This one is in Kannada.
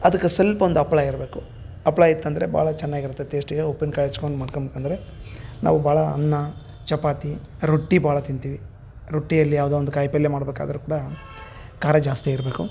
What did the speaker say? ಅದಕ್ಕೆ ಸ್ವಲ್ಪ ಒಂದು ಹಪ್ಳ ಇರಬೇಕು ಹಪ್ಳ ಇತ್ತಂದರೆ ಭಾಳ ಚೆನ್ನಾಗಿರತೈತಿ ಟೇಸ್ಟಿಗೆ ಉಪ್ಪಿನ್ಕಾಯಿ ಹಚ್ಕೊಂಡು ಮಾಡ್ಕೊಂಡು ಅಂದ್ರೆ ನಾವು ಭಾಳ ಅನ್ನ ಚಪಾತಿ ರೊಟ್ಟಿ ಭಾಳ ತಿಂತೀವಿ ರೊಟ್ಟಿಯಲ್ಲಿ ಯಾವುದೋ ಒಂದು ಕಾಯಿ ಪಲ್ಯ ಮಾಡಬೇಕಾದ್ರು ಕೂಡ ಖಾರ ಜಾಸ್ತಿ ಇರಬೇಕು